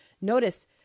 Notice